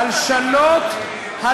הלשנות.